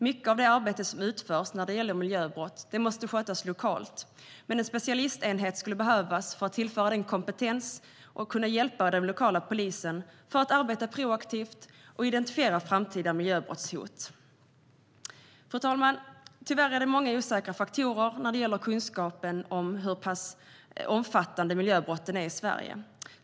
Mycket av det arbete som utförs när det gäller miljöbrott måste skötas lokalt, men en specialistenhet skulle behövas för att tillföra kompetens och hjälpa den lokala polisen, för att arbeta proaktivt och identifiera framtida miljöbrottshot. Fru talman! Tyvärr är det många osäkra faktorer när det gäller kunskapen om hur omfattande miljöbrotten är i Sverige.